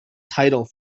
title